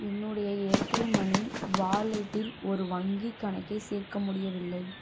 என்னுடைய ஏர்டெல் மனி வாலெட்டில் ஒரு வங்கிக் கணக்கைச் சேர்க்க முடியவில்லை